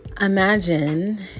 Imagine